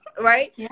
right